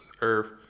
earth